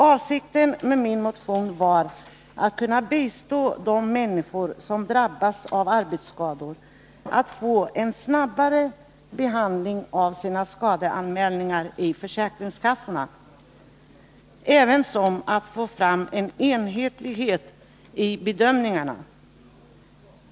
Avsikten med motionen var att kunna bistå de människor som drabbas av arbetsskador, så att de får en snabbare behandling av sina skadeanmälningar hos försäkringskassorna, ävensom att få fram en enhetlighet i bedömningarna.